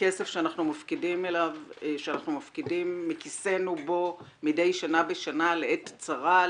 הכסף שאנחנו מפקידים מכיסנו מדי שנה בשנה לעת צרה,